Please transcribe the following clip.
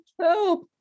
help